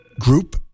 group